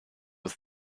with